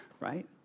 Right